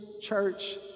church